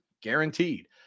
guaranteed